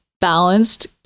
balanced